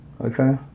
okay